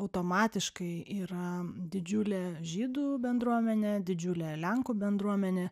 automatiškai yra didžiulė žydų bendruomenė didžiulė lenkų bendruomenė